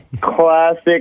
classic